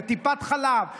לטיפת חלב.